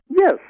Yes